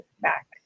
back